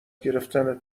گرفتن